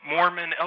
Mormon